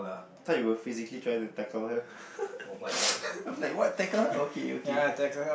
I thought you were physically trying to tackle her I'm like what tackle her okay okay